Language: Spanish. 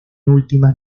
últimas